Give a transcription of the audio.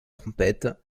trompette